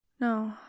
No